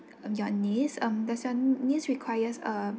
um your niece um does your niece requires um